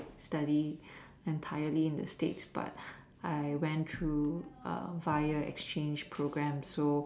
study entirely in the states but I went to via exchange programs